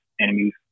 enemies